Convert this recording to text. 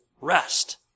rest